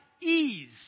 ease